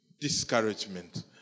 discouragement